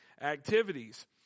activities